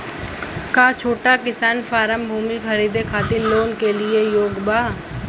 का छोटा किसान फारम भूमि खरीदे खातिर लोन के लिए योग्य बा?